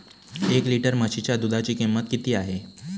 एक लिटर म्हशीच्या दुधाची किंमत किती आहे?